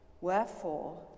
Wherefore